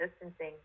distancing